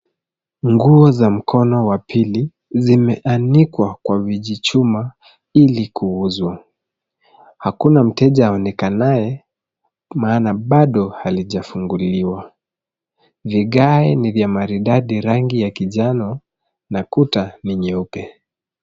Nguo za mkono wa pili zimeanikwa kwa vijichuma ili kuuzwa. Hakuna mteja aonekanaye maana bado halijafunguliwa. Vigae ni vya maridadi rangi ya kinjano na kuta ni nyeupe.